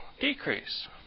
decrease